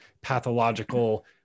pathological